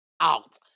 out